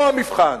פה המבחן,